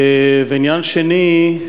ועניין שני,